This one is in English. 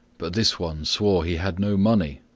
but this one swore he had no money,